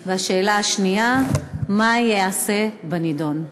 2. מה ייעשה בנדון?